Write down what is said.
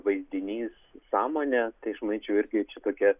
vaizdinys sąmonė tai aš manyčiau irgi čia tokia